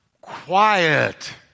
quiet